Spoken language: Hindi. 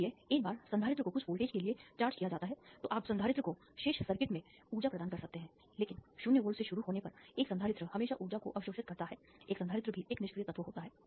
इसलिए एक बार संधारित्र को कुछ वोल्टेज के लिए चार्ज किया जाता है तो आप संधारित्र को शेष सर्किट में ऊर्जा प्रदान कर सकते हैं लेकिन 0 वोल्ट से शुरू होने पर एक संधारित्र हमेशा ऊर्जा को अवशोषित करता है एक संधारित्र भी एक निष्क्रिय तत्व होता है